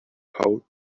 how